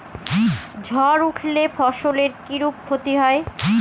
ঝড় উঠলে ফসলের কিরূপ ক্ষতি হয়?